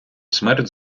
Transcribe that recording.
смерть